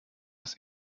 das